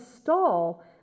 stall